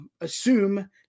assume